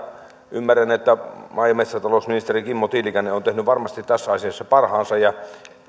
ymmärrän että maa ja metsätalousministeri kimmo tiilikainen on tehnyt varmasti tässä asiassa parhaansa ja